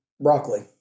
broccoli